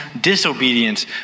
disobedience